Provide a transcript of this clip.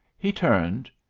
he turned.